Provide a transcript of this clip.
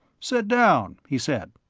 sit down, he said.